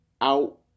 out